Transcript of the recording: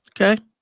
Okay